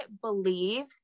believe